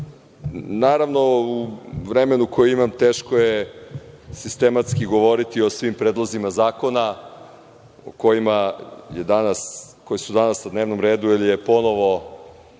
naravno, u vremenu koje imam teško je sistematski govoriti o svim predlozima zakona koji su danas na dnevnom redu, gde je meni